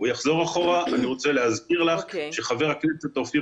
אני רוצה להזכיר לך שחבר הכנסת אופיר